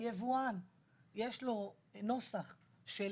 היבואן, יש לו נוסח של